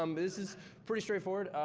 um this is pretty straightforward.